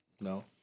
No